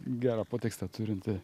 gerą potekstę turinti